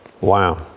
Wow